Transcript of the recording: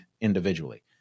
individually